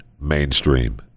mainstream